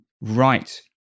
right